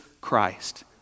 Christ